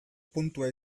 puntua